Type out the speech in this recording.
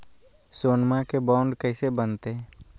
सोनमा के बॉन्ड कैसे बनते?